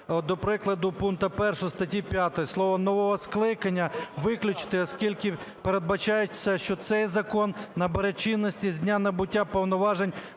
до прикладу, пункту 1 статті 5: слово "нового скликання" виключити, оскільки передбачається, що цей закон набере чинності з дня набуття повноважень